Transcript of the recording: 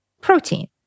protein